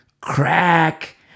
crack